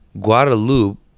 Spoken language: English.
Guadalupe